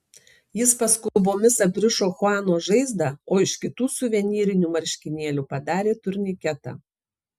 jis paskubomis aprišo chuano žaizdą o iš kitų suvenyrinių marškinėlių padarė turniketą